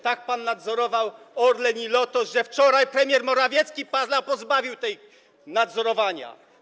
Tak pan nadzorował Orlen i Lotos, że wczoraj premier Morawiecki pozbawił pana nadzorowania.